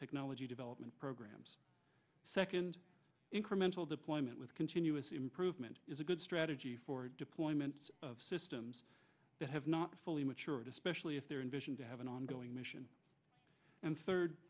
technology development programs second incremental deployment with continuous improvement is a good strategy for deployment of systems that have not fully mature it especially if they're in vision to have an ongoing mission and third